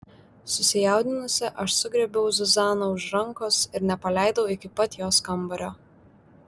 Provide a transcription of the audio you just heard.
susijaudinusi aš sugriebiau zuzaną už rankos ir nepaleidau iki pat jos kambario